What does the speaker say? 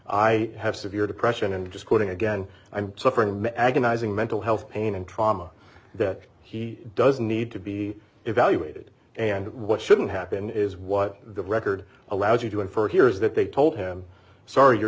i have severe depression and just quoting again i'm suffering men agonizing mental health pain and trauma that he doesn't need to be evaluated and what shouldn't happen is what the record allows you to infer here is that they told him sorry your